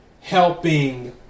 helping